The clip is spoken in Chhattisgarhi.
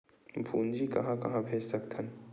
पूंजी कहां कहा भेज सकथन?